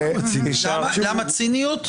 למה ציניות?